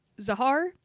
Zahar